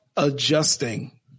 Adjusting